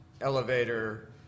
elevator